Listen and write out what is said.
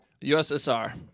USSR